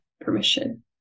permission